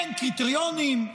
אין קריטריונים,